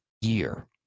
year